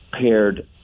paired